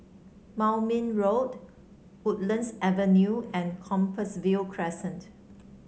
Moulmein Road Woodlands Avenue and Compassvale Crescent